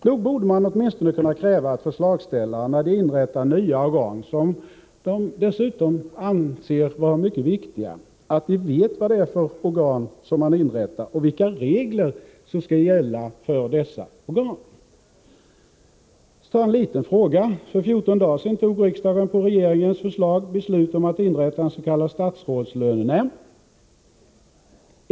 Nog borde man åtminstone kunna kräva att förslagsställarna, när de inrättar nya organ, som de dessutom anser vara mycket viktiga, vet vad det är för organ som inrättas och vilka regler som skall gälla för dem. För 14 dagar sedan fattade riksdagen på regeringens förslag beslut om att inrätta ens.k. statsrådslönenämnd.